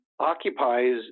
occupies